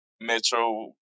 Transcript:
Metro